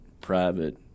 private